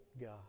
God